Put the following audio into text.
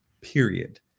period